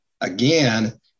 again